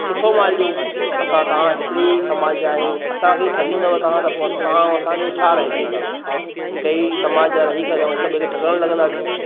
सुठो माल ॾियो असां तव्हां हिकिड़े ई समाज जा आहियूं असांखे ई ठॻींदव तां त पोइ तव्हां ऐं असां जो छा रहिजी वियो बाक़ी हिकु ई समाज जा रही करे ऐं हिक ॿिए खे ठॻणु लॻंदासीं